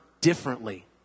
differently